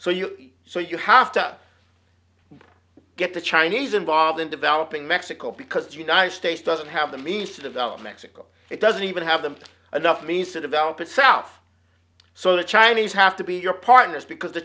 so you so you have to get the chinese involved in developing mexico because the united states doesn't have the means to develop mexico it doesn't even have the enough means to develop itself so the chinese have to be your partners because the